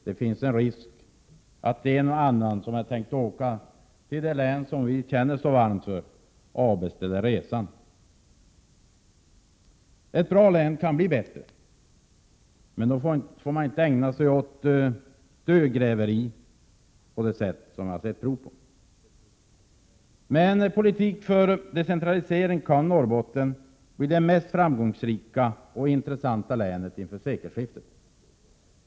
Det finns en risk att en och annan som tänkt åka till det län som vi känner så varmt för avbeställer resan. Ett bra län kan bli bättre. Men då får man inte ägna sig åt dödgräveri på det sätt som vi här har sett prov på. Med en politik för decentralisering kan Norrbotten bli det mest framgångsrika och intressanta länet inför sekelskiftet.